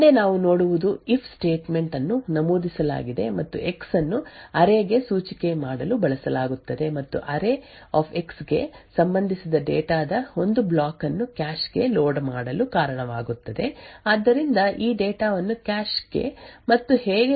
ಮುಂದೆ ನಾವು ನೋಡುವುದು ಇಫ್ ಸ್ಟೇಟ್ಮೆಂಟ್ ಅನ್ನು ನಮೂದಿಸಲಾಗಿದೆ ಮತ್ತು ಎಕ್ಸ್ ಅನ್ನು ಅರೇ ಗೆ ಸೂಚಿಕೆ ಮಾಡಲು ಬಳಸಲಾಗುತ್ತದೆ ಮತ್ತು ಅರೇx ಗೆ ಸಂಬಂಧಿಸಿದ ಡೇಟಾ ದ ಒಂದು ಬ್ಲಾಕ್ ಅನ್ನು ಕ್ಯಾಶ್ ಗೆ ಲೋಡ್ ಮಾಡಲು ಕಾರಣವಾಗುತ್ತದೆ ಆದ್ದರಿಂದ ಈ ಡೇಟಾ ವನ್ನು ಕ್ಯಾಶ್ ಗೆ ಮತ್ತು ಹೇಗೆ ಲೋಡ್ ಮಾಡಲಾಗಿದೆ ಎಂದು ನೀವು ಊಹಿಸಬಹುದು